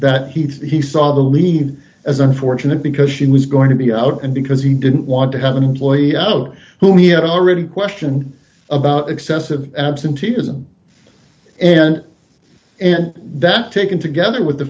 that he saw the lead as unfortunate because she was going to be out and because he didn't want to have an employee out whom he had already questioned about excessive absenteeism and and that taken together with the